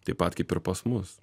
taip pat kaip ir pas mus